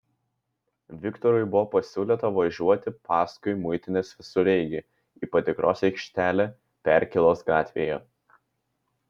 viktorui buvo pasiūlyta važiuoti paskui muitinės visureigį į patikros aikštelę perkėlos gatvėje